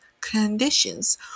conditions